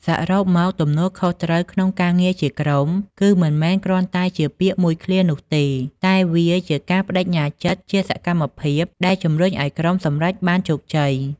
សរុបមក ទំនួលខុសត្រូវក្នុងការងារជាក្រុម គឺមិនមែនគ្រាន់តែជាពាក្យមួយឃ្លានោះទេ តែវាជាការប្តេជ្ញាចិត្តជាសកម្មភាពដែលជំរុញឱ្យក្រុមសម្រេចបានជោគជ័យ។